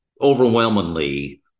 overwhelmingly